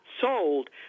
sold